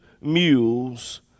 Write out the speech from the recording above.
mules